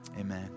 amen